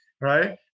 right